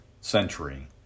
century